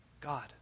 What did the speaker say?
God